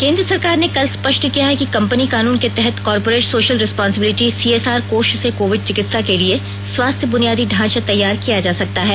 केंद्र सरकार ने कल स्पष्ट किया है कि कम्पनी कानून के तहत corporate social responsibility C S R कोष से कोविड चिकित्सा के लिए स्वास्थ्य बुनियादी ढांचा तैयार किया जा सकता है